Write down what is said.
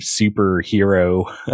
superhero